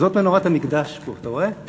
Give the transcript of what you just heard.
זאת מנורת המקדש פה, אתה רואה?